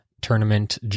tournament